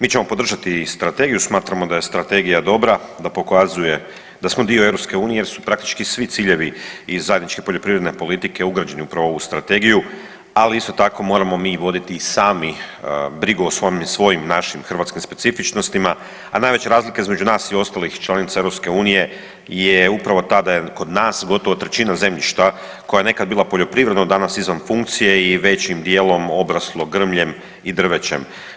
Mi ćemo podržati strategiju jer smatramo da je strategija dobra, da pokazuje da smo dio EU jer su praktički svi ciljevi iz zajedničke poljoprivredne politike ugrađeni upravo u ovu strategiju, ali isto tako moramo mi voditi i sami brigu o svom, svojim, našim, hrvatskim specifičnostima, a najveće razlike između nas i ostalih članica EU je upravo ta da je kod nas gotovo trećina zemljišta koja je nekad bila poljoprivredno danas izvan funkcije i većim dijelom obraslo grmljem i drvećem.